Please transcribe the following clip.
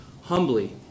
humbly